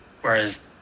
Whereas